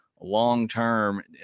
long-term